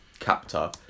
captor